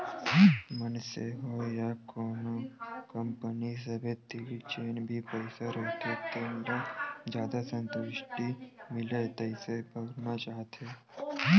मनसे होय या कोनो कंपनी सबे तीर जेन भी पइसा रहिथे तेन ल जादा संतुस्टि मिलय तइसे बउरना चाहथे